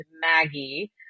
maggie